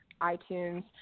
iTunes